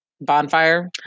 bonfire